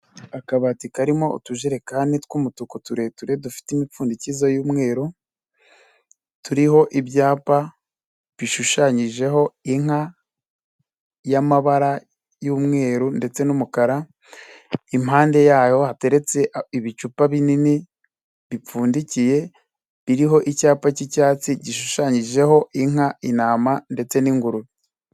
Akabati karimo utujerekani tw'umutuku tureture dufite imipfundikizo y'umweru turiho ibyapa bishushanyijeho inka y'amabara y'umweru, ndetse n'umukara, impande yaho hateretse ibicupa binini bipfundikiye, biriho icyapa cy'icyatsi gishushanyijeho inka, intama ndetse n'ingurube.